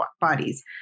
bodies